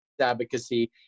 advocacy